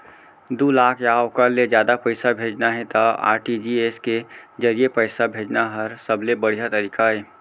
दू लाख या ओकर ले जादा पइसा भेजना हे त आर.टी.जी.एस के जरिए पइसा भेजना हर सबले बड़िहा तरीका अय